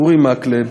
אורי מקלב,